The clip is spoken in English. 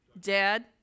Dad